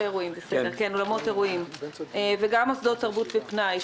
וגם מוסדות תרבות ופנאי,